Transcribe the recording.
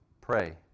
pray